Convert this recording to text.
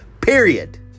period